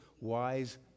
wise